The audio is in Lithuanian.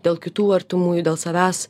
dėl kitų artimųjų dėl savęs